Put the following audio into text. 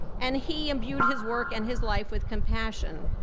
and he imbued his work and his life with compassion.